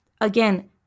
again